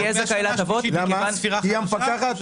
בגלל שהיא המפקחת?